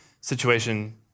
situation